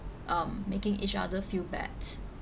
um making each other feel bad